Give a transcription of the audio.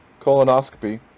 colonoscopy